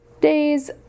days